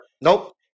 Nope